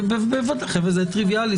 זה טריוויאלי.